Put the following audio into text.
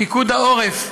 פיקוד העורף,